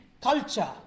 culture